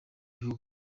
bihugu